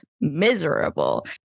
miserable